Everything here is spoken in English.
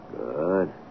Good